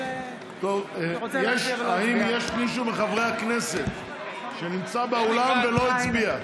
האם יש מישהו מחברי הכנסת שנמצא באולם ולא הצביע?